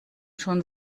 schon